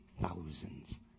thousands